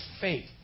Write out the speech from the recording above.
faith